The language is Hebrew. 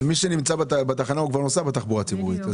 אבל מי שנמצא בתחנה כבר נוסע בתחבורה הציבורית,